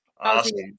Awesome